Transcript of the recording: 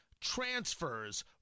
transfers